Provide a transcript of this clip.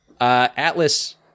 Atlas